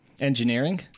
engineering